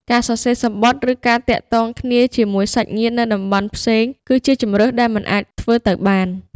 ការសរសេរសំបុត្រ ឬការទាក់ទងគ្នាជាមួយសាច់ញាតិនៅតំបន់ផ្សេង គឺជាជម្រើសដែលមិនអាចធ្វើទៅបាន។